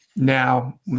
now